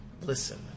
listen